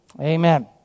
Amen